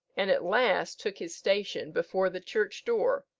and at last took his station before the church-door,